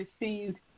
received